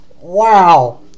Wow